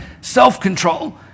self-control